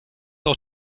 auch